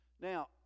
Now